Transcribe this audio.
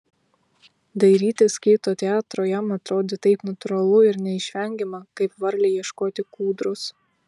dairytis kito teatro jam atrodė taip natūralu ir neišvengiama kaip varlei ieškoti kūdros